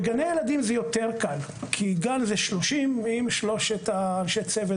בגני הילדים זה יותר קל כי גן זה 30. עם שלושת אנשי הצוות